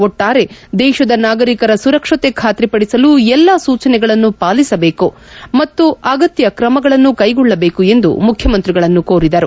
ಒಟ್ಟಾರೆ ದೇಶದ ನಾಗರಿಕರ ಸುರಕ್ಷತೆ ಖಾತ್ರಿಪಡಿಸಲು ಎಲ್ಲಾ ಸೂಚನೆಗಳನ್ನು ಪಾಲಿಸಬೇಕು ಮತ್ತು ಅಗತ್ತ ಕ್ರಮಗಳನ್ನು ಕೈಗೊಳ್ಳಬೇಕು ಎಂದು ಮುಖ್ಚಿಮಂತ್ರಿಗಳನ್ನು ಕೋರಿದರು